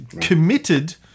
committed